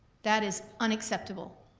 that is unacceptable.